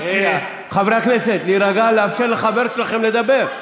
חברי הכנסת, להירגע, לאפשר לחבר שלכם לדבר.